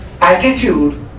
attitude